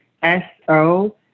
S-O